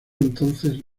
entonces